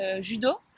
judo